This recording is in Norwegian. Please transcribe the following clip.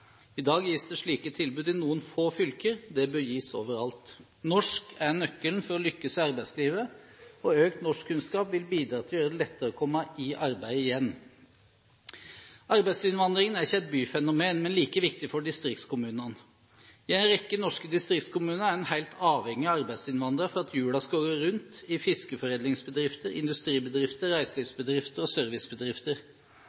i alle deler av landet. I dag gis det slike tilbud i noen få fylker, det bør gis overalt. Norsk er nøkkelen til å lykkes i arbeidslivet, og økt norskkunnskap vil bidra til å gjøre det lettere å komme i arbeid igjen. Arbeidsinnvandringen er ikke et byfenomen, men like viktig for distriktskommunene. I en rekke norske distriktskommuner er en helt avhengig av arbeidsinnvandrere for at hjulene skal gå rundt – i fiskeforedlingsbedrifter, industribedrifter,